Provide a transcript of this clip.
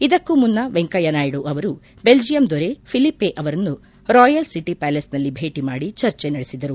ಇದಕ್ಕೂ ಮುನ್ನ ವೆಂಕಯ್ಣನಾಯ್ತು ಅವರು ಬೆಲ್ಲಿಯಂ ದೊರೆ ಫಿಲಿಪೆ ಅವರನ್ನು ರಾಯಲ್ ಸಿಟಿ ಪ್ವಾಲೇಸ್ನಲ್ಲಿ ಭೇಟಿ ಮಾಡಿ ಚರ್ಚೆ ನಡೆಸಿದರು